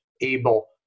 able